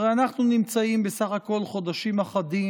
הרי אנחנו נמצאים בסך הכול חודשים אחדים